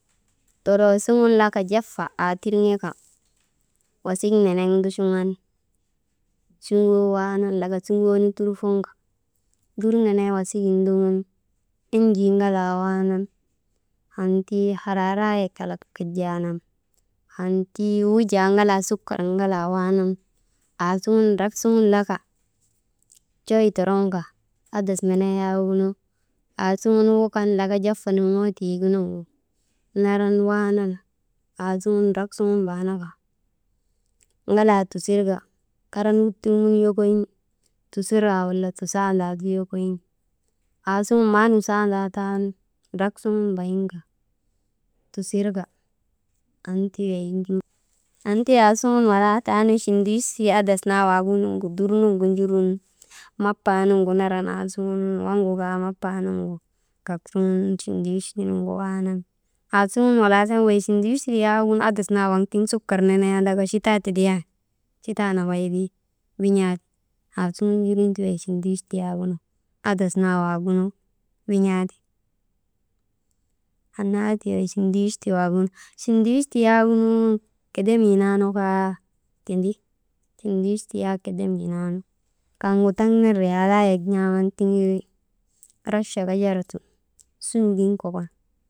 Toroo suŋun laka jafa aatir ŋaka, wasik nenek nduchuŋan suŋoonu waanan laka suŋoonu turbon ka dur nenee wasigin ndogun enjii ŋalaa waanan anntii haraaraayek kalak kajaanan, annti wujaa ŋalaa sukar ŋalaa waanan, aasuŋun drak suŋun laka coy toroŋka adas nenee yaagunu aasuŋun wukan laka jafa nurŋoo tiigunuŋgu, naran waanan aasuŋun drak suŋun baanaka, ŋalaa tusirka karan wuttulŋun yokoyin, tusiraa, wala tusandaa su yokoyin, aasuŋun maa nusandaa taanu drak suŋun bayinka tusirka «hesitation» anti aasuŋun walaataanu chindiwisti adas naa waaŋunuŋgu dur nuŋgu njurun, mapaa nuŋgu naran aasuŋun waŋgu kaa mapaa nuŋgu kak suŋun waŋgu kaa chindiwisti nuŋgu waanan, aasuŋun waalaa taanu wey chindiwisti yaagunu wey adas naa waagunu tiŋ sukar nenee anndaka chitaa tidiyandi, chitaa nambay we win̰aati, aasuŋun jurun ti wey chindiwisti yaagunu adas naa waagunu win̰aati. Annaa ti wey chindiwisti waagunu, chindiwisti yaagunu kedemii naanu kaa, tindi, chindiwisti yak kedemii naanu kaŋgu taŋ ner riyalaayek n̰aaman tiŋirin, rachak ajar sun suugin kokon.